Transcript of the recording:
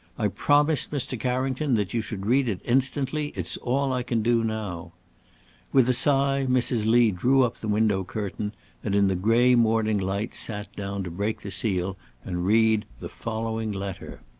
i promised mr. carrington that you should read it instantly it's all i can do now with a sigh, mrs. lee drew up the window-curtain, and in the gray morning light sat down to break the seal and read the following letter